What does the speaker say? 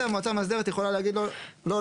המועצה המאסדרת יכולה להגיד לו: לא,